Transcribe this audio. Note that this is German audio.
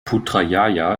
putrajaya